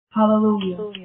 Hallelujah